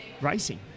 racing